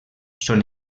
són